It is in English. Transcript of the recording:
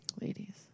Ladies